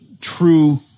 true